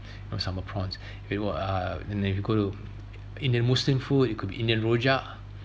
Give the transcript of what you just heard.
or sambal prawns uh then if you go to indian muslim food it could be indian rojak